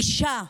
אישה,